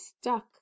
stuck